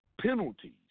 penalties